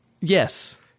Yes